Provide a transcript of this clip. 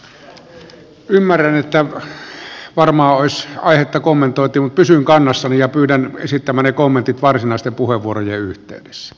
ymmärrän että varmaan olisi aihetta kommentointiin mutta pysyn kannassani ja pyydän esittämään ne kommentit varsinaisten puheenvuorojen yhteydessä